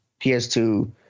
PS2